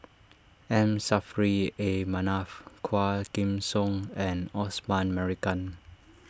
M Saffri A Manaf Quah Kim Song and Osman Merican